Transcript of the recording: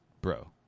bro